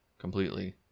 completely